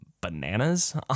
bananas